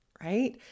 right